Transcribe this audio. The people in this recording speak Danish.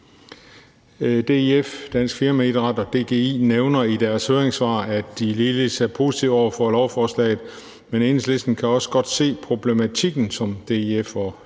DIF, Dansk Firmaidræt og DGI nævner i deres høringssvar, at de ligeledes er positive over for lovforslaget, men Enhedslisten kan også godt se problematikken, som DIF, Dansk